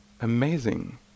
amazing